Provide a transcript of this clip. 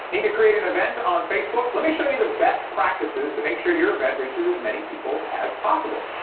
need to create an event on facebook? let me show you the best practices to make sure your event reaches as many people as possible.